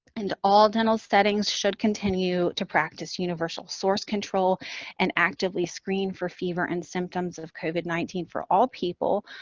and all dental settings should continue to practice universal source control and actively screen for fever and symptoms of covid nineteen for all people,